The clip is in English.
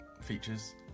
features